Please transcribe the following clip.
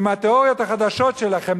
עם התיאוריות החדשות שלכם,